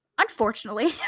unfortunately